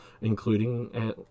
including